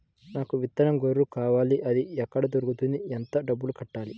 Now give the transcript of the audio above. నాకు విత్తనం గొర్రు కావాలి? అది ఎక్కడ దొరుకుతుంది? ఎంత డబ్బులు కట్టాలి?